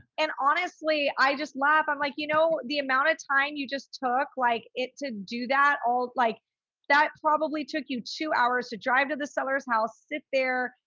and honestly, i just laugh. i'm like, you know, the amount of time you just took like it to do that all like that probably took you two hours to drive to the seller's house. sit there,